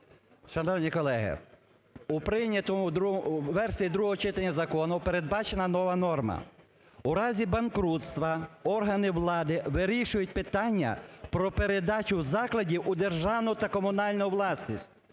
Шановні колеги, у версії другого читання закону передбачена нова норма: у разі банкрутства органи влади вирішують питання про передачу закладів у державну та комунальну власність.